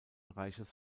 reiches